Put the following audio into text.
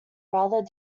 rather